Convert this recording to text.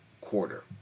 quarter